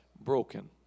broken